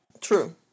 True